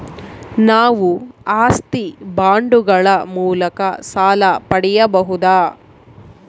ನಾವು ಆಸ್ತಿ ಬಾಂಡುಗಳ ಮೂಲಕ ಸಾಲ ಪಡೆಯಬಹುದಾ?